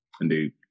Indeed